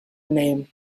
named